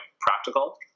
practical